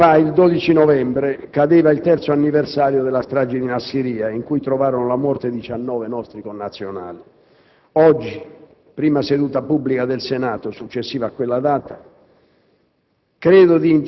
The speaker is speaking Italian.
due giorni fa, il 12 novembre, cadeva il terzo anniversario della strage di Nasiriya, in cui trovarono la morte 19 nostri connazionali. Oggi, prima seduta pubblica del Senato successiva a quella data,